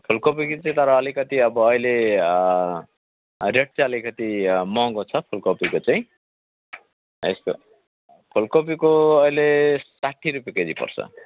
फुलकोपीको चाहिँ तर अलिकति अब अहिले रेट चाहिँ अलिकति महँगो छ फुलकोपीको चाहिँ यसो फुलकोपीको अहिले साठी रुपियाँ केजी पर्छ